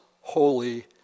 holy